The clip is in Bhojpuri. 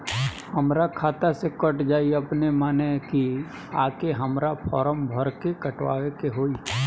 हमरा खाता से कट जायी अपने माने की आके हमरा फारम भर के कटवाए के होई?